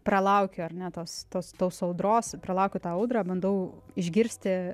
pralaukiu ar ne tas tos tos audros pralaukiu tą audrą bandau išgirsti